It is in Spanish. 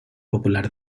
popular